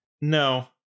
No